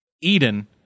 Eden